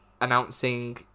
announcing